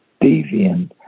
deviant